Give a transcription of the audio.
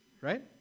right